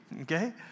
okay